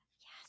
yes